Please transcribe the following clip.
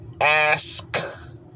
ask